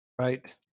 Right